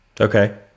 Okay